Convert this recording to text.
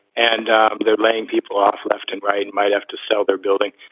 and they're laying people off left and right, might have to sell their building,